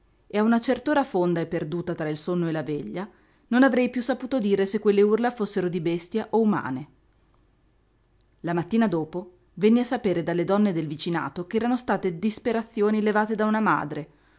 e a una cert'ora fonda e perduta tra il sonno e la veglia non avrei piú saputo dire se quelle urla fossero di bestia o umane la mattina dopo venni a sapere dalle donne del vicinato ch'erano state disperazioni levate da una madre